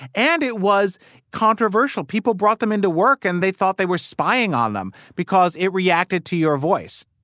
and it was controversial. people brought them into work and they thought they were spying on them because it reacted to your voice